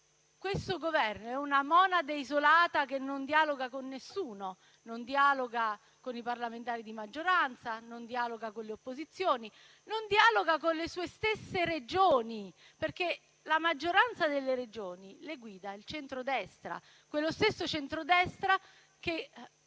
Questo Governo è una monade isolata che non dialoga con nessuno: non dialoga con i parlamentari di maggioranza, non dialoga con le opposizioni, non dialoga con le sue stesse Regioni, perché la maggioranza delle Regioni le guida il centrodestra, quello stesso centrodestra che